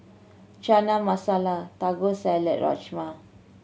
Chana Masala Taco Salad Rajma